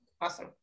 awesome